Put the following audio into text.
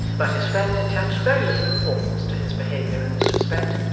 but his friend attached very little importance to his behavior in this respect,